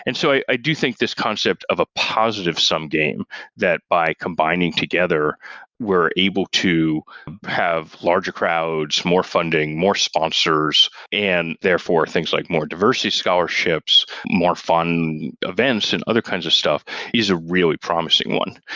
and so i do think this concept of a positive sum game that by combining together we're able to have larger crowds, more funding, more sponsors and therefore things like more diversity scholarships, more fun events and other kinds of stuff is a really promising one.